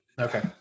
Okay